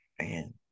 Man